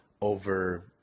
over